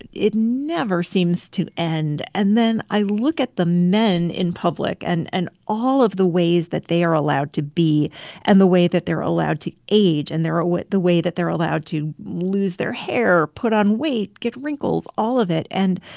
it it never seems to end. and then i look at the men in public and and all of the ways that they are allowed to be and the way that they're allowed to age and ah the way that they're allowed to lose their hair, put on weight, get wrinkles, all of it. and,